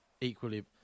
equally